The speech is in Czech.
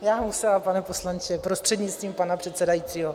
Já musím, pane poslanče, prostřednictvím pana předsedajícího.